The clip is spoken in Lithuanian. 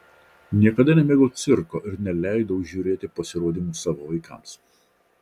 niekada nemėgau cirko ir neleidau žiūrėti pasirodymų savo vaikams